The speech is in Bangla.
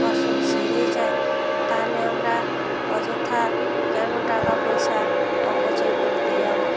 অসুখ সেরেই যায় তাহলে আমরা অযথা কেন টাকা পয়সা অপচয় করতে যাব